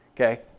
Okay